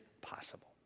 possible